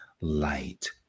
light